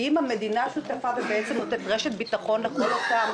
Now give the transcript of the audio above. כי אם המדינה שותפה ובעצם נותנת רשת ביטחון לכל אותם